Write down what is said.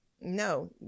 no